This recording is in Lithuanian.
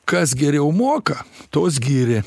kas geriau moka tuos giria